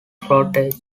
frontage